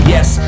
Yes